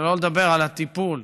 שלא לדבר על הטיפול,